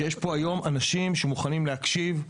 שיש פה היום אנשים שמוכנים להקשיב,